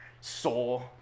soul